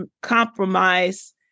compromise